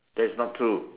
that's not true